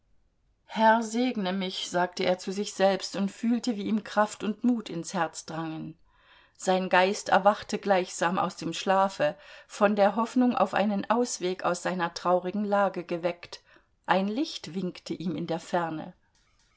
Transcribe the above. herr segne mich sagte er zu sich selbst und fühlte wie ihm kraft und mut ins herz drangen sein geist erwachte gleichsam aus dem schlafe von der hoffnung auf einen ausweg aus seiner traurigen lage geweckt ein licht winkte ihm in der ferne